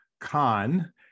Khan